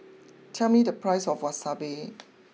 tell me the price of Wasabi